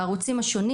בערוצים השונים.